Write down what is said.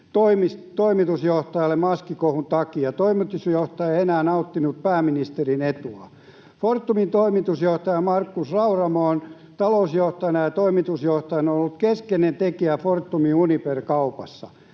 toimitusjohtajalle maskikohun takia — toimitusjohtaja ei enää nauttinut pääministerin etua. Fortumin toimitusjohtaja Markus Rauramo on talousjohtajana ja toimitusjohtajana ollut keskeinen tekijä Fortumin Uniper-kaupassa.